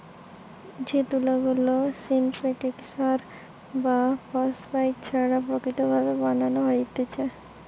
যে তুলা গুলা সিনথেটিক সার বা পেস্টিসাইড ছাড়া প্রাকৃতিক ভাবে বানানো হতিছে